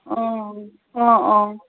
অঁ অঁ অঁ